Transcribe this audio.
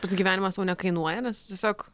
pats gyvenimas jau nekainuoja nes tiesiog